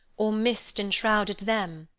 or mist enshrouded them,